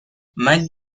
meg